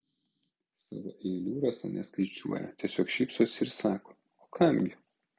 savo eilių rasa neskaičiuoja tiesiog šypsosi ir sako o kam gi